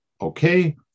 okay